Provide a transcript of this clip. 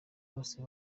bose